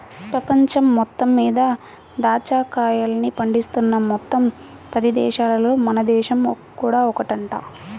పెపంచం మొత్తం మీద దాచ్చా కాయల్ని పండిస్తున్న మొత్తం పది దేశాలల్లో మన దేశం కూడా ఒకటంట